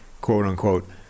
quote-unquote